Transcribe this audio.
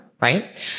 right